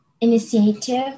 initiative